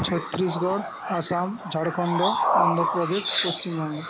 Chhattisgarh Assam Jharkhand Andhra Pradesh Paschimbanga